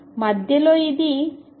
మధ్యలో ఇది సరళ కలయికగా ఉంటుంది